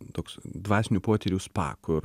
toks dvasinių potyrių spa kur